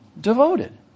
devoted